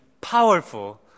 powerful